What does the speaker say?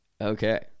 Okay